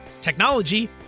technology